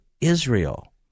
Israel